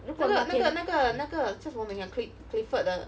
那个那个那个那个叫什么名 ah cli~ clifford 的